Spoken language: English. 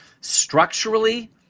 structurally